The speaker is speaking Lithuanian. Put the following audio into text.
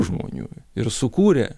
žmonių ir sukūrė